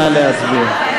נא להצביע.